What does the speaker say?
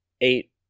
eight